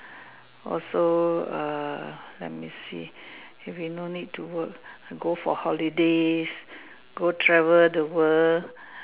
also err let me see if you no need to work go for holidays go travel the world